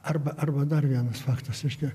arba arba dar vienas faktas reiškia